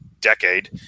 decade